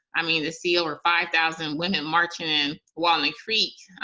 i mean, to see over five thousand women marching in walnut creek,